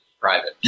private